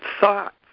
thoughts